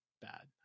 bad